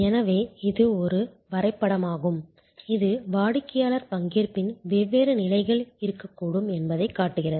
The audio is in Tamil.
எனவே இது ஒரு வரைபடமாகும் இது வாடிக்கையாளர் பங்கேற்பின் வெவ்வேறு நிலைகள் இருக்கக்கூடும் என்பதைக் காட்டுகிறது